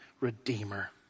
Redeemer